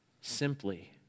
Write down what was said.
simply